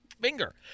finger